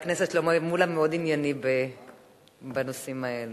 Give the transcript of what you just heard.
חברי הכנסת, שלמה מולה מאוד ענייני בנושאים האלה.